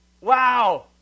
Wow